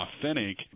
authentic